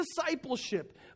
discipleship